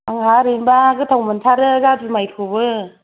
आंहा ओरैनोबा गोथाव मोनथारो जादु माइखौबो